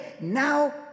Now